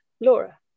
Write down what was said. Laura